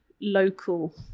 local